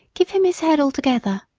give him his head altogether.